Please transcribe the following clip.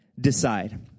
decide